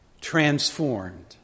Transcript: transformed